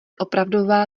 opravdová